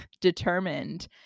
determined